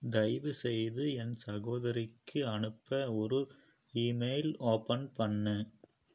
தயவுசெய்து என் சகோதரிக்கு அனுப்ப ஒரு இமெயில் ஓபன் பண்ணு